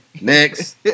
Next